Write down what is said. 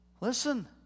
listen